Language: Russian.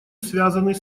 связанный